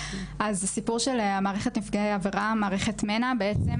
הסיפור של מערכת נפגעי עבירה, מערכת מנע, בעצם